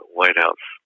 Whitehouse